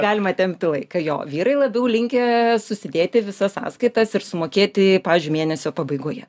galima tempti laiką jo vyrai labiau linkę susidėti visas sąskaitas ir sumokėti pavyzdžiui mėnesio pabaigoje